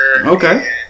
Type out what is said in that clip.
Okay